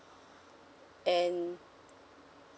and